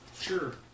Sure